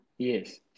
Yes